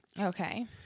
Okay